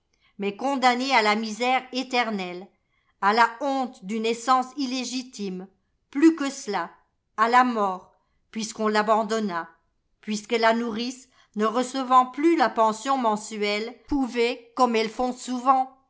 mais condamné à la misère éternelle à la honte d'une naissance illégitime plus que cela à la mort puisqu'on l'abandonna puisque la nourrice ne recevant plus la pension mensuelle pouvait comme elles font souvent